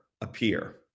appear